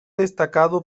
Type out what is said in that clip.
destacado